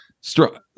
strong